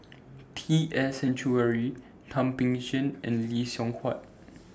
T S Sinnathuray Thum Ping Tjin and Lee Seng Huat